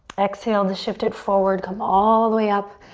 exhale to shift it forward, come all the way up.